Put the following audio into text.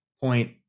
point